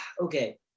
Okay